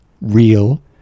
real